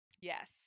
Yes